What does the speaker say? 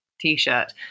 t-shirt